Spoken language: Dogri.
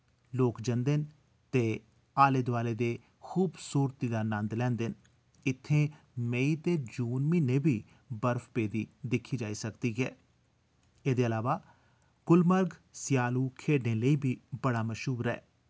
लोक जंदे न ते आले दुआले दे खूबसूरती दा नंद लैंदे न इत्थै मेई ते जून म्हीने बी बर्फ पेदी दिक्खी जाई सकदी ऐ एह्दे अलावा गुलमर्ग स्यालू खेडें लेई बी बड़ा मशूर ऐ